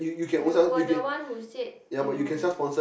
you were the one who said you